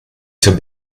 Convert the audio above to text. too